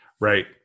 Right